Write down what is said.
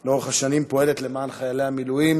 פועלת לאורך השנים למען חיילי המילואים,